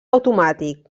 automàtic